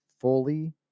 fully